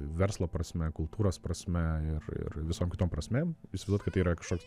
verslo prasme kultūros prasme ir ir visom kitom prasmėm įsivaizduot kad tai yra kažkoks